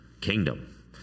kingdom